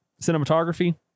cinematography